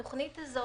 התכנית הזו